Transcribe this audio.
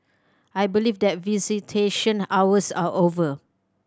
I believe that visitation hours are over